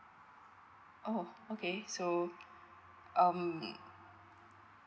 oh okay so um